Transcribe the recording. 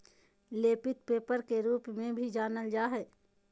लेपित पेपर के रूप में भी जानल जा हइ